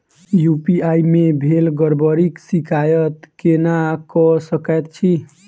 UPI मे भेल गड़बड़ीक शिकायत केना कऽ सकैत छी?